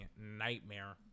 Nightmare